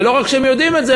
ולא רק שהם יודעים את זה,